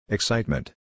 Excitement